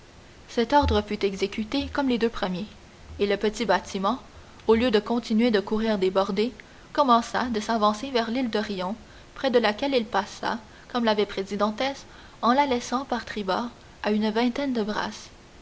cet ordre fut exécuté comme les deux premiers et le petit bâtiment au lieu de continuer de courir des bordées commença de s'avancer vers l'île de riton près de laquelle il passa comme l'avait prédit dantès en la laissant par tribord à une vingtaine de brasses